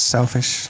Selfish